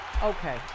Okay